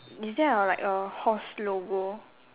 is there a like a horse logo